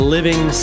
Living